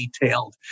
detailed